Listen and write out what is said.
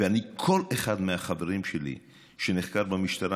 כל אחד מהחברים שלי שנחקר במשטרה,